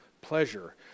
pleasure